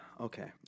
okay